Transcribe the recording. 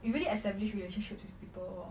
you really establish relationships with the people lor